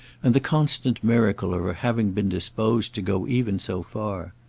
and the constant miracle of her having been disposed to go even so far.